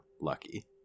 lucky